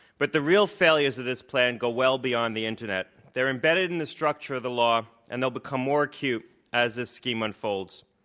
but the real failures of this plan go well beyond the internet. they're imbedded in the structure of the law and they'll become more acute as this scheme unfolds.